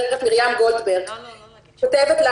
מרים כותבת לנו: